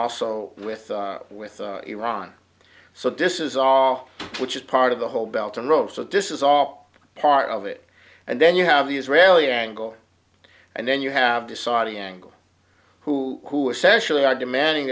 also with with iran so this is all which is part of the whole belt and rope so this is all part of it and then you have the israeli angle and then you have to saudi angle who who essentially are demanding